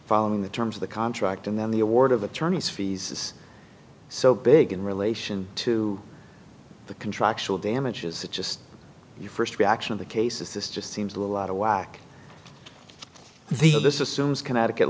following the terms of the contract and then the award of attorney's fees is so big in relation to the contractual damages that just your first reaction of the case is this just seems a little out of whack the this is soon as connecticut